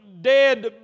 dead